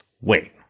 Wait